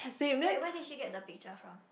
wait where did she get picture from